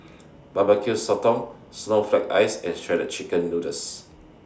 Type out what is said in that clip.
Barbecue Sotong Snowflake Ice and Shredded Chicken Noodles